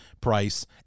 price